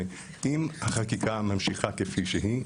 אם החקיקה ממשיכה כפי שהיא,